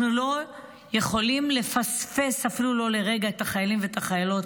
אנחנו לא יכולים לפספס אפילו לא לרגע את החיילים ואת החיילות,